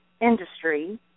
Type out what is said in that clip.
industry